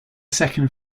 second